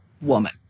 woman